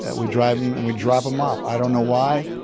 and we drive them and we drop them off. i don't know why.